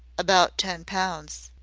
about ten pounds.